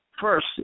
first